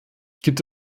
gibt